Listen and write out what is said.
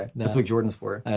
and that's what jordan's for.